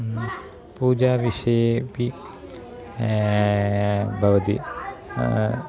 पूजाविषयेपि भवति